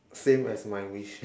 same as my wish